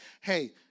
hey